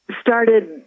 started